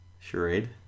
Charade